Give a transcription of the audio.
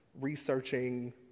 researching